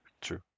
true